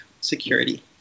security